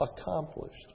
accomplished